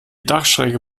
dachschräge